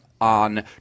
on